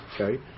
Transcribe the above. okay